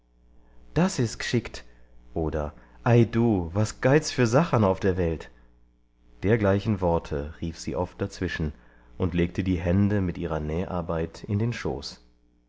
das is g'schickt oder ei du was geit's für sachan auf der welt dergleichen worte rief sie oft dazwischen und legte die hände mit ihrer näharbeit in den schoß